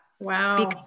Wow